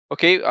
Okay